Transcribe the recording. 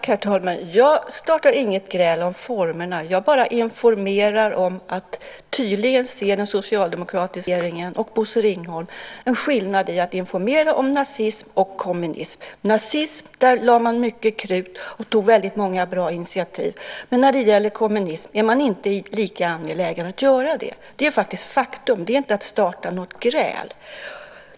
Herr talman! Jag startar inget gräl om formerna; jag bara informerar om att den socialdemokratiska regeringen och Bosse Ringholm tydligen ser en skillnad i att informera om nazism och kommunism. Man lade mycket krut på nazismen och tog många bra initiativ, men när det gäller kommunism är man inte lika angelägen. Det är ett faktum - inte att starta något gräl.